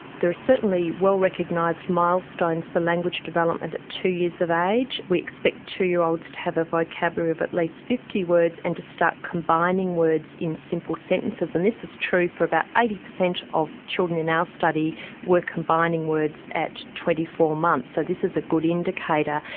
there are certainly well recognised milestones for language development at two years of age, we expect two year olds to have a vocabulary of at least fifty words and to start combining words in simple sentences and this is true for about eighty percent of children in our study were combining words at twenty four months. so this is a good indicator.